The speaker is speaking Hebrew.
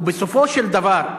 ובסופו של דבר,